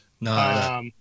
No